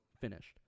finished